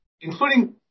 including